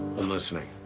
listening.